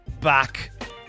back